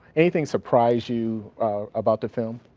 anything surprise you about the film?